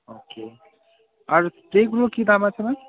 ওকে আর স্প্রেগুলোর কি দাম আছে ম্যাম